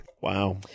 wow